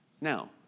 Now